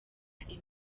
aime